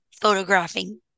photographing